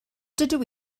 dydw